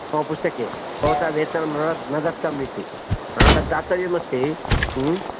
मम पुस्तके भवता वेतनं न न दत्तमिति तद्दातव्यमस्ति अस्तु